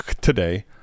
today